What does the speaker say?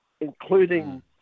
including